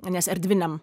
nes erdviniam